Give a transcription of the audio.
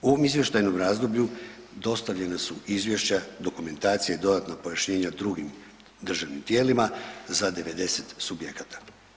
U ovom izvještajnom razdoblju dostavljena su izvješća, dokumentacija i dodatna pojašnjenja drugim državnim tijelima za 90 subjekata.